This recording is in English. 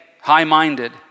high-minded